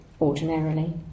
ordinarily